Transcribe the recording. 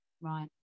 Right